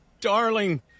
darling